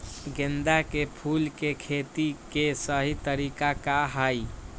गेंदा के फूल के खेती के सही तरीका का हाई?